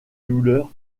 douleurs